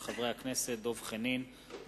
מאת חברת הכנסת ציפי חוטובלי,